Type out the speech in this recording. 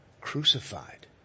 crucified